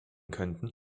könnten